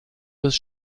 bis